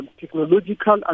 technological